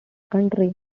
country